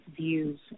views